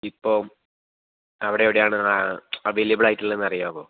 ഇപ്പം അവിടെ എവിടെയാണ് അവൈലബിൾ ആയിട്ടുള്ളതെന്നറിയാമോ